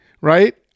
Right